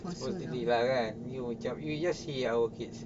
supposedly ah kan dia macam you just see our kids